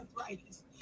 arthritis